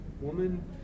woman